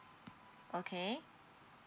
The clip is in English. okay